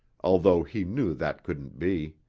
although he knew that couldn't be.